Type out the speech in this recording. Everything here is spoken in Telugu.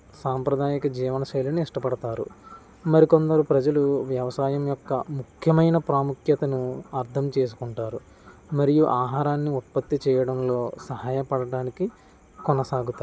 సాంప్రదాయక జీవన శైలిని ఇష్టపడతారు మరి కొందరు ప్రజలు వ్యవసాయం యొక్క ముఖ్యమైన ప్రాముఖ్యతను అర్థం చేసుకుంటారు మరియు ఆహారాన్ని ఉత్పత్తి చేయడంలో సహాయపడడానికి కొనసాగుతారు